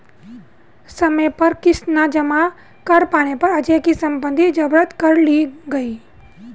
समय पर किश्त न जमा कर पाने पर अजय की सम्पत्ति जब्त कर ली गई